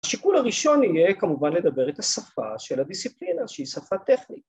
השיקול הראשון יהיה כמובן לדבר את השפה של הדיסציפלינה שהיא שפה טכנית